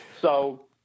So-